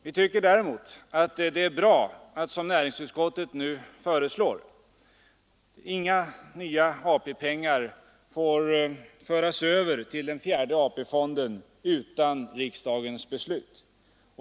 Vi tycker däremot att det är bra att, som näringsutskottet nu föreslår, inga nya AP-pengar får föras över till den fjärde AP-fonden utan riksdagens beslut.